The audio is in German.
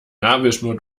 nabelschnur